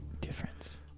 Difference